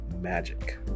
magic